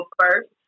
first